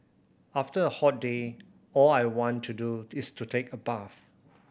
after a hot day all I want to do is to take a bath